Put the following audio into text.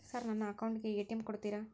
Sir ನನ್ನ account ಗೆ ATM ಕೊಡುತ್ತೇರಾ?